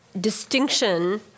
distinction